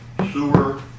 Sewer